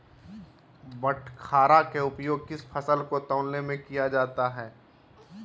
बाटखरा का उपयोग किस फसल को तौलने में किया जाता है?